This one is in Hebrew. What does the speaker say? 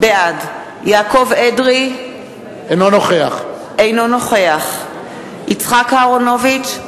בעד יעקב אדרי, אינו נוכח יצחק אהרונוביץ,